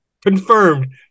Confirmed